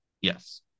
yes